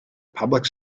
public